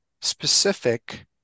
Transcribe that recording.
specific